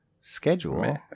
Schedule